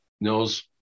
Nils